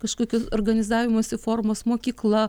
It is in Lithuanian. kažkokiu organizavimosi formos mokykla